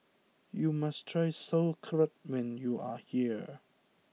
you must try Sauerkraut when you are here